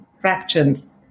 fractions